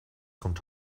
kommt